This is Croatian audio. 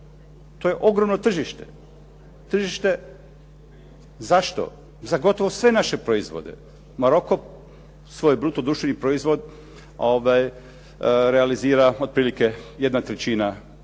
To je ogromno tržište, tržište, zašto, za gotovo sve naše proizvode. Maroco svoj bruto društveni proizvod realizira otprilike jedna trećina